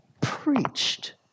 preached